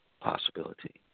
Possibility